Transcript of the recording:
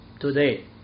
today